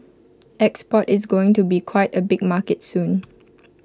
export is going to be quite A big market soon